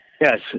Yes